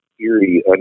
eerie